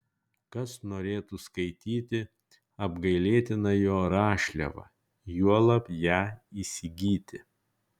kas norėtų skaityti apgailėtiną jo rašliavą juolab ją įsigyti